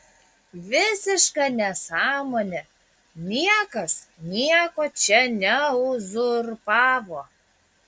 visiška nesąmonė niekas nieko čia neuzurpavo